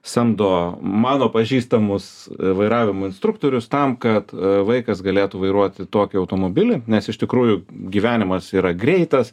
samdo mano pažįstamus vairavimo instruktorius tam kad vaikas galėtų vairuoti tokį automobilį nes iš tikrųjų gyvenimas yra greitas